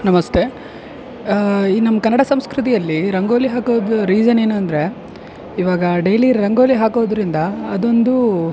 ನಮಸ್ತೆ ಈ ನಮ್ಮ ಕನ್ನಡ ಸಂಸ್ಕೃತಿಯಲ್ಲಿ ರಂಗೋಲಿ ಹಾಕೋದು ರೀಸನ್ ಏನೆಂದ್ರೆ ಇವಾಗ ಡೈಲಿ ರಂಗೋಲಿ ಹಾಕೋದ್ರಿಂದ ಅದೊಂದು